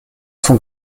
son